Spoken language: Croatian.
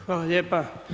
Hvala lijepa.